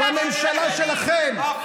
לא היה לך אומץ לשים סגר,